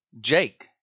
Jake